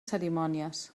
cerimònies